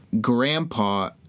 Grandpa